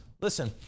listen